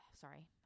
sorry